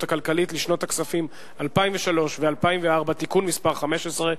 הכלכלית לשנות הכספים 2003 ו-2004) (תיקון מס' 15),